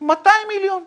200 מיליון שקלים.